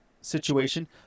situation